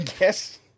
Yes